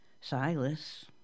Silas